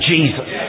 Jesus